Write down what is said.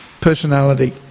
personality